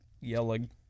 Yelling